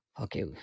Okay